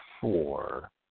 four